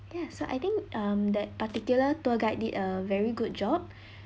ya so I think um that particular tour guide did a very good job